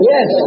Yes